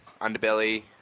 Underbelly